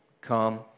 Come